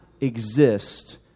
exist